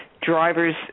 drivers